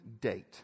date